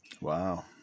Wow